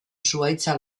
zuhaitza